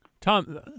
Tom